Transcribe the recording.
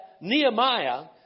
Nehemiah